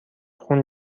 خون